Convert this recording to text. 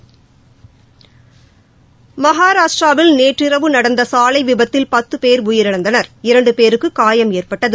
மகாராஷ்டிராவில் நேற்றிரவு நடந்த சாலைவிபத்தில் பத்து பேர் உயிரிழந்தார்கள் இரண்டு பேருக்கு காயம் ஏற்பட்டது